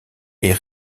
est